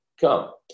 come